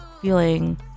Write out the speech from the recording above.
feeling